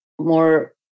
more